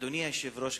אדוני היושב-ראש,